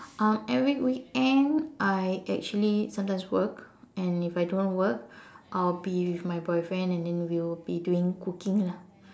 um every weekend I actually sometimes work and if I don't work I'll be with my boyfriend and then we will be doing cooking lah